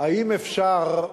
האם אפשר,